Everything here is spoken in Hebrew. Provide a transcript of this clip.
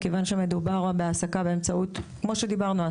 מכיוון שמדובר בהעסקה מקבילה,